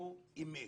כמו האמת.